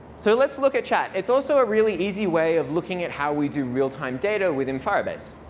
so let's look at chat. it's also a really easy way of looking at how we do real time data within firebase